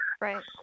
Right